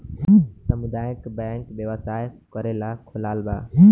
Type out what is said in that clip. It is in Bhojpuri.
सामुदायक बैंक व्यवसाय करेला खोलाल बा